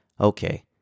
Okay